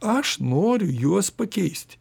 aš noriu juos pakeisti